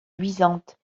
luisante